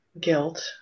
guilt